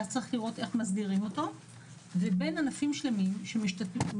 ואז צריך לראות איך מסדירים אותו בין ענפים שלמים שמשתמשים